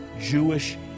Jewish